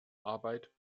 arbeit